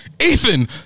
Ethan